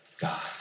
God